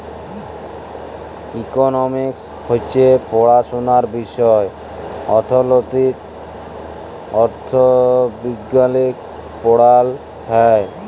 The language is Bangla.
ইকলমিক্স হছে পড়াশুলার বিষয় অথ্থলিতি, অথ্থবিজ্ঞাল পড়াল হ্যয়